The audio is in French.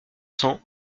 cents